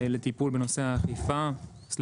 לטיפול בנושא האכיפה/פיקוח